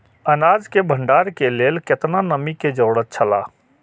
अनाज के भण्डार के लेल केतना नमि के जरूरत छला?